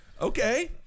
Okay